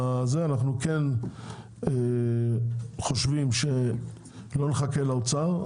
אנחנו כן חושבים שלא נחכה לאוצר,